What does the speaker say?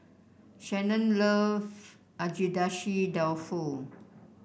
Shanon love Agedashi Dofu